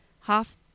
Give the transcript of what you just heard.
half